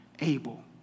Abel